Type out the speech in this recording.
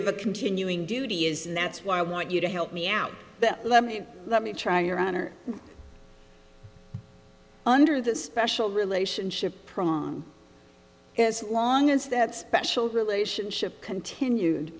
of a continuing duty is and that's why i want you to help me out let me let me try your honor under the special relationship as long as that special relationship continued